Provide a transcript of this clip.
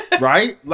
right